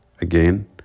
Again